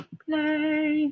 play